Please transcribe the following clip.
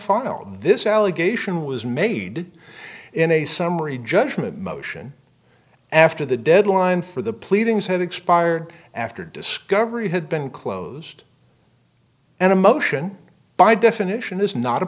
file this allegation was made in a summary judgment motion after the deadline for the pleadings had expired after discovery had been closed and emotion by definition is not